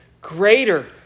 greater